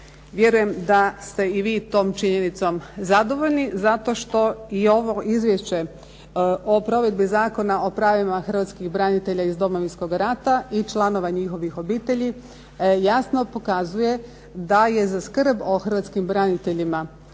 Vjerujem da ste i vi tom činjenicom zadovoljni, zato što i ovo Izvješće o provedbi Zakona o pravima hrvatskih branitelja iz Domovinskog rata i članova njihovih obitelji jasno pokazuje da je za skrb o hrvatskim braniteljima